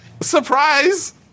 Surprise